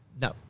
No